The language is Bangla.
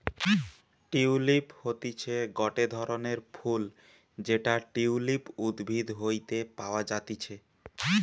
টিউলিপ হতিছে গটে ধরণের ফুল যেটা টিউলিপ উদ্ভিদ হইতে পাওয়া যাতিছে